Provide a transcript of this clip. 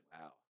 wow